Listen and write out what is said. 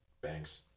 banks